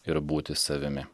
ir būti savimi